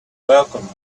welcomed